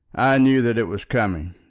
knew that it was coming.